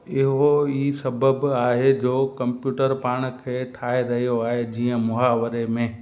इहो ई सबबि आहे जो कंप्यूटर पाण खे ठाहे रहियो आहे जीअं मुहावरे में